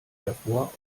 davor